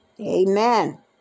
Amen